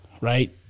right